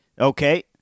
Okay